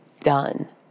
done